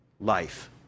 life